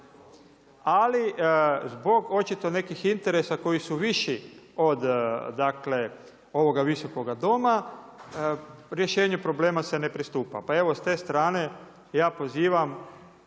ali zbog očito nekih interesa koji su viši od dakle ovoga Visokoga doma, rješenje problema se ne pristupa. Pa evo s te strane ja pozivam